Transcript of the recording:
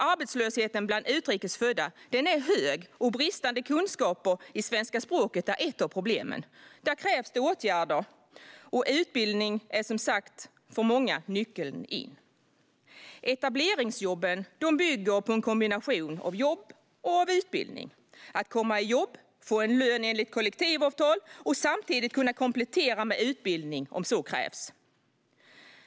Arbetslösheten bland utrikes födda är hög, och bristande kunskaper i det svenska språket är ett av problemen. Det krävs åtgärder, och utbildning är, som sagt, för många nyckeln in på arbetsmarknaden. Etableringsjobben bygger på en kombination av jobb och utbildning och innebär att man kan komma i jobb, få en lön enligt kollektivavtal och samtidigt kunna komplettera med utbildning om så krävs.